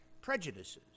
prejudices